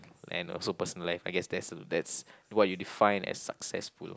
and also personal life I guess that's that's what you define as successful